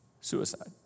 Suicide